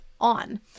on